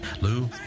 Lou